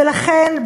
ולכן,